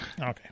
Okay